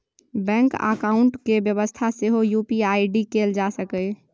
bank account केर बेबस्था सेहो यु.पी.आइ आइ.डी कएल जा सकैए